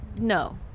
No